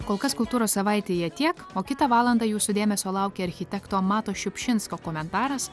kol kas kultūros savaitėje tiek o kitą valandą jūsų dėmesio laukia architekto mato šiupšinsko komentaras